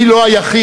אני לא היחיד,